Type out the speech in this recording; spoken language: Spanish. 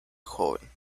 joven